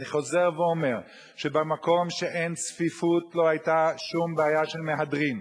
אני חוזר ואומר: במקום שאין צפיפות לא היתה שום בעיה של מהדרין.